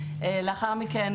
לאחר מכן